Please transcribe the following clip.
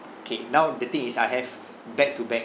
K now the thing is I have back to back